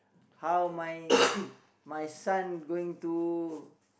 how my my son going to